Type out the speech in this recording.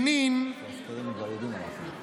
בג'נין, לפי הסקרים הם כבר יודעים מה לעשות.